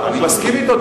אני מסכים אתו,